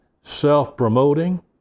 self-promoting